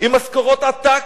עם משכורות עתק,